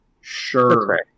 sure